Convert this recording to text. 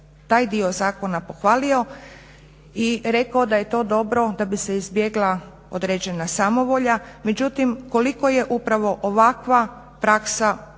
taj dio zakona pohvalio i rekao da je to dobro da bi se izbjegla određena samovolja, međutim koliko je upravo ovakva praksa opravdana